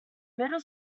middle